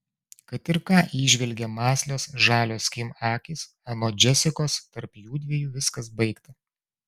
kad ir ką įžvelgė mąslios žalios kim akys anot džesikos tarp jųdviejų viskas baigta